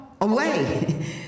away